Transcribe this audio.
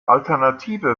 alternative